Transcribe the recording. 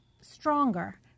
stronger